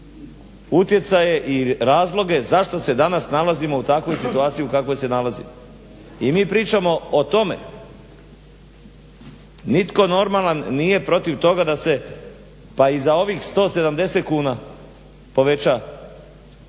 utjecaje i razloge zašto se danas nalazimo u takvoj situaciji u kakvoj se nalazimo. I mi pričamo o tome, nitko normalan nije protiv toga da se pa i za ovih 170 kuna poveća